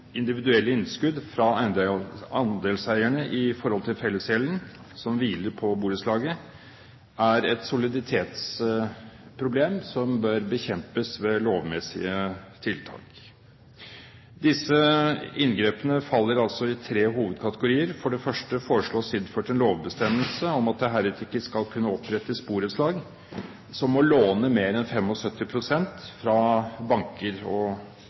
individuelle innskudd fra andelseierne i forhold til fellesgjelden som hviler på borettslaget, fører til et soliditetsproblem som bør bekjempes ved lovmessige tiltak. Disse inngrepene faller i tre hovedkategorier. For det første foreslås innført en lovbestemmelse om at det heretter ikke skal kunne opprettes borettslag som må låne mer enn 75 pst. fra banker eller andre eksterne långivere. For det andre at det innføres lov- og